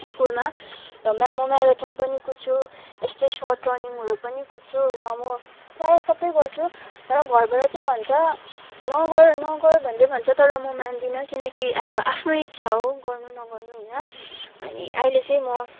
स्कुलमा र म म्याराथान पनि कुद्छु यस्तै सर्ट रनिङहरू पनि कुद्छु र म प्राय सबै गर्छु तर घरबाट चाहिँ भन्छ नगर नगर भन्दै भन्छ तर म मान्दिनँ किनकि अब आफ्नो इच्छा हो गर्नु नगर्नु होइन अनि अहिले चाहिँ म